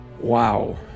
Wow